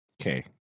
Okay